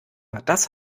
das